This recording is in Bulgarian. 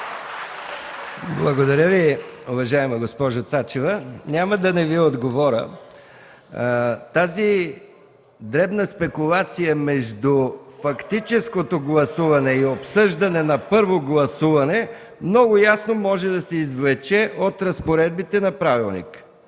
Благодаря Ви, уважаема госпожо Цачева. Няма да не Ви отговоря. Тази дребна спекулация между фактическото гласуване и обсъждането на първо гласуване много ясно може да се извлече от разпоредбите на правилника.